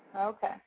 Okay